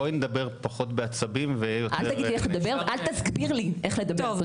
בואי נדבר פחות בעצבים --- אל תסביר לי איך לדבר.